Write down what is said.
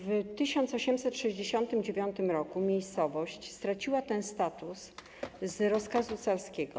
W 1869 r. miejscowość straciła ten status z rozkazu carskiego.